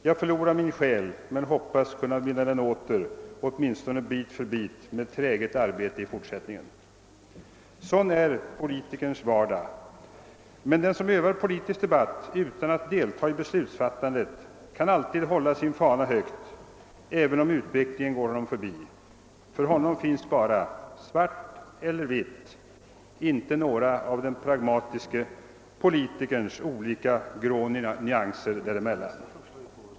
Jag förlorar min själ men hoppas att i fortsättningen kunna vinna den åter åtminstone bit för bit med träget arbete. Sådan är politikerns vardag. Men den som övar politisk debatt utan att delta i beslutfattandet kan alltid hålla sin fana högt även om utvecklingen går honom förbi. För honom finns bara svart eller vitt, inte några av den pragmatiske politikerns olika grå nyanser däremellan.